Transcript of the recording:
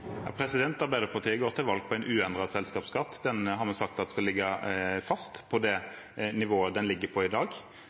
Arbeiderpartiet går til valg på en uendret selskapsskatt. Den har vi sagt skal ligge fast på det nivået den ligger på i dag